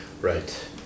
Right